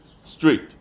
street